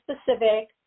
specific